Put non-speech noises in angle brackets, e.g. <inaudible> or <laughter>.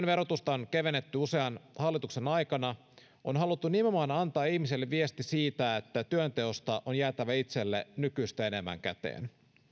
<unintelligible> verotusta on kevennetty usean hallituksen aikana on nimenomaan haluttu antaa ihmisille viesti siitä että työnteosta on jäätävä itselle nykyistä enemmän käteen